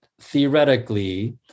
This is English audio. theoretically